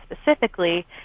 specifically